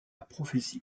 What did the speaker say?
prophétie